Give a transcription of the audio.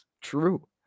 True